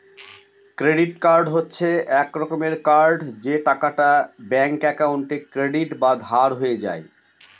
credit card হচ্ছে এক রকমের কার্ড যে টাকাটা ব্যাঙ্ক একাউন্টে ক্রেডিট বা ধার হয়ে যায়